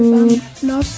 Love